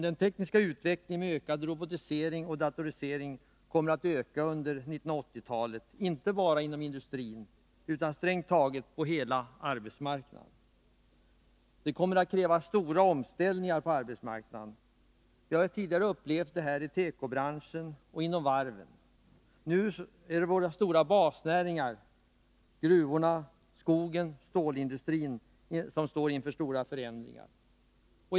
Den tekniska utvecklingen med ökad robotisering och datorisering kommer att öka under 1980-talet inte bara inom industrin, utan strängt taget på hela arbetsmarknaden. Detta kommer att kräva stora omställningar på arbetsmarknaden. Vi har tidigare upplevt denna utveckling i tekobranschen och inom varven. Nu är det våra stora basnäringar — gruvorna, skogen och stålindustrin — som står inför stora förändringar.